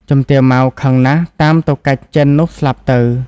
ជំទាវ ម៉ៅ ខឹងណាស់តាមទៅកាច់ចិននោះ ស្លាប់ទៅ ។